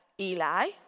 Eli